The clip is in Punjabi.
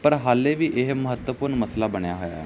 ਪਰ ਹਾਲੇ ਵੀ ਇਹ ਮਹੱਤਵਪੂਰਨ ਮਸਲਾ ਬਣਿਆ ਹੋਇਆ